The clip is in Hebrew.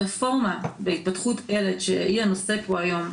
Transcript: הרפורמה בהתפתחות הילד שהיא הנושא פה היום,